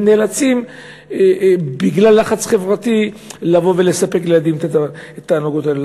הם נאלצים בגלל לחץ חברתי לבוא ולספק לילדים את התענוגות האלה.